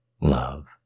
love